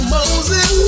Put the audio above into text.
Moses